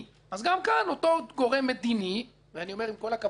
אז גם כאן אותו גורם מדיני ועם כל הכבוד לכם,